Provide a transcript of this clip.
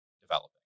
developing